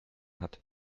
hat